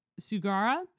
Sugara